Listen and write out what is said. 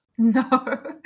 No